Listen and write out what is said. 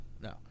no